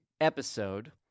episode